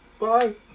Bye